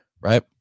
right